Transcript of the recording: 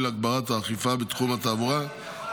להגברת האכיפה בתחום התעבורה -- דוד,